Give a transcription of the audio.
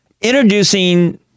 introducing